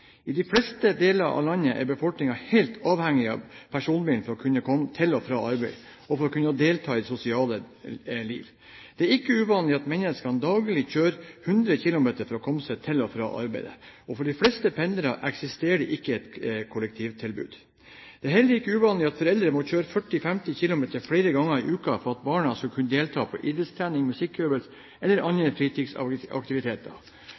I de fleste deler av landet er befolkningen helt avhengig av personbilen for å kunne komme til og fra arbeid, og for å kunne delta i det sosiale liv. Det er ikke uvanlig at mennesker daglig kjører 100 km for å komme seg til og fra arbeidet, og for de fleste pendlerne eksisterer det ikke et kollektivtilbud. Det er heller ikke uvanlig at foreldre må kjøre 40–50 km flere ganger i uken for at barna skulle kunne delta på idrettstreninger, musikkøvelser eller andre